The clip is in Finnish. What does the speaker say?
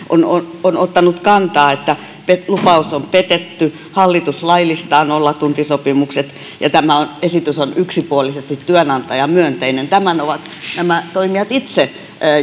on on on ottanut kantaa että lupaus on petetty hallitus laillistaa nollatuntisopimukset ja tämä esitys on yksipuolisesti työnantajamyönteinen tämän ovat nämä toimijat itse